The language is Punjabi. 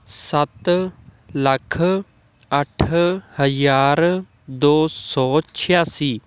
ਸੱਤ ਲੱਖ ਅੱਠ ਹਜ਼ਾਰ ਦੋ ਸੌ ਛਿਆਸੀ